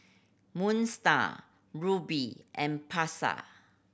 Moon Star Rubi and Pasar